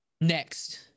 next